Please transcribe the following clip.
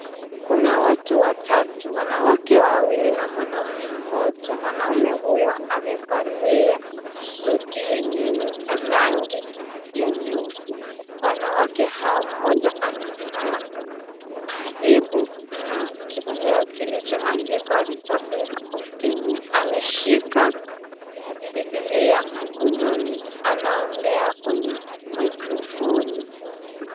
Kuna watu watatu. Wanawake wawili na mwanaume mmoja. Mwanaume huyo amevalia suti yenye rangi ya nyeusi. Wanawake hawa mmoja amesimama karibu na kibanio kilichoandikwa Republic Of Kenya. Ameshika bibilia mkononi anaongea kwenye maikrofoni.